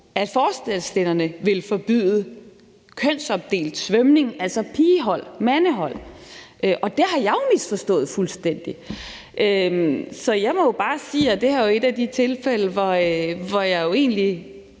at forslagsstillerne ville forbyde kønsopdelt svømning, altså pigehold, mandehold, og det har jeg jo misforstået fuldstændig. Så jeg må bare sige, at det her er et af de tilfælde, hvor jeg jo egentlig